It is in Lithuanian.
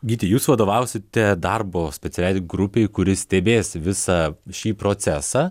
gyti jūs vadovausite darbo specialiai grupei kuri stebės visą šį procesą